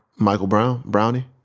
michael brown? brownie?